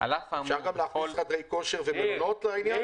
אפשר להכניס גם חדרי כושר ומקוואות לעניין?